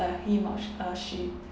uh him or s~ uh she